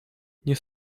nie